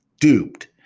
duped